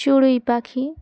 চুড়ই পাখি